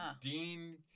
Dean